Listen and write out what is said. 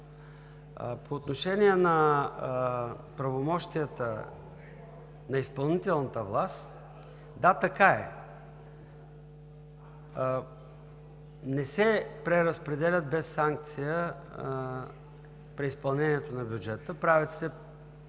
По отношение на правомощията на изпълнителната власт. Да, така е. Не се преразпределя без санкция преизпълнението на бюджета. Правят се